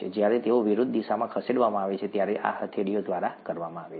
જ્યારે તેઓ વિરુદ્ધ દિશામાં ખસેડવામાં આવે છે ત્યારે આ હથેળીઓ દ્વારા કરવામાં આવે છે